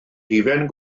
hufen